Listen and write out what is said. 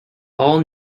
all